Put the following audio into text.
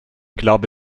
glaube